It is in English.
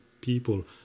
people